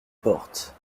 porte